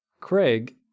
Craig